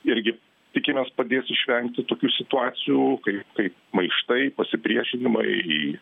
irgi tikimės padės išvengti tokių situacijų kaip kaip maištai pasipriešinimai